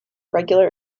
regular